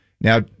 Now